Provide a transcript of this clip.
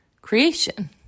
creation